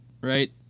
right